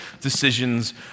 decisions